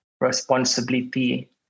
responsibility